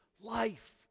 life